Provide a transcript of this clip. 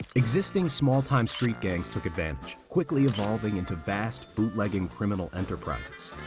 existing small-time street gangs took advantage, quickly evolving into vast bootlegging criminal enterprises.